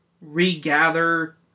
regather